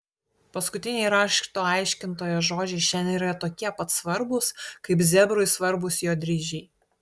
paskutiniai rašto aiškintojo žodžiai šiandien yra tokie pat svarbūs kaip zebrui svarbūs jo dryžiai